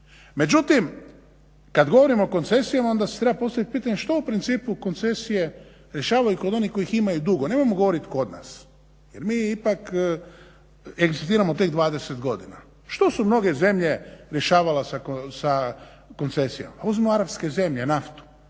Međutim kada govorimo o koncesijama onda se treba postaviti pitanje što u principu koncesije rješavaju kod onih koji imaju dugove, nemojmo govoriti kod nas jer mi ipak egzistiramo tek 20 godina. Što su mnoge zemlje rješavale sa koncesijama? Uzmimo arapske zemlje naftu.